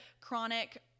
chronic